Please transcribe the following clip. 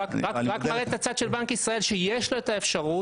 אני רק מראה את הצד של בנק ישראל שיש לו את האפשרות